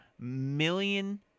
million